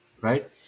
right